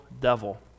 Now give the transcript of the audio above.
devil